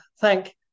thank